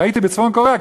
ראיתי בצפון-קוריאה,